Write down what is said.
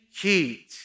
heat